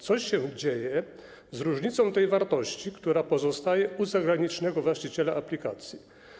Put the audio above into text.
Co się dzieje z różnicą tej wartości, która pozostaje u zagranicznego właściciela aplikacji?